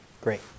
Great